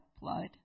blood